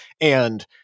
And-